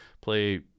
play